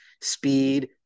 speed